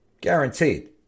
Guaranteed